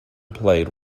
played